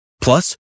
Plus